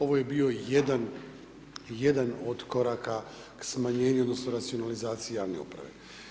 Ovo je bio jedan, jedan od koraka k smanjenju odnosno racionalizaciji javne uprave.